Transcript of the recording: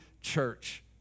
church